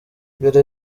mbere